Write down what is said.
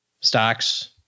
Stocks